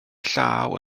llaw